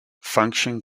function